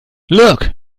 look